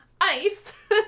ice